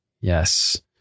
Yes